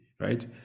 right